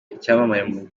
icyamamare